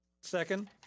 Second